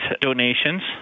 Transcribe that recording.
donations